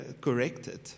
corrected